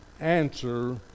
answer